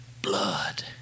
Blood